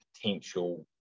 potential